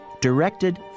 directed